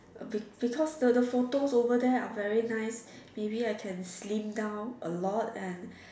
be~ because the the photos over there are very nice maybe I can slim down a lot and